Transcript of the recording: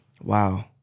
Wow